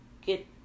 get